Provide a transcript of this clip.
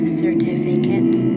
certificate